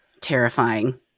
terrifying